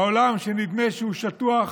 העולם, שנדמה היה שהוא שטוח,